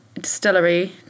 distillery